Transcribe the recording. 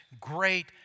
great